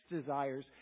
desires